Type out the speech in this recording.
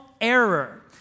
error